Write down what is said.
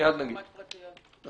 לעומת הפרטיות?